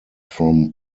from